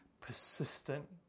persistent